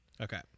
Okay